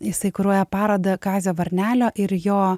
jisai kuruoja parodą kazio varnelio ir jo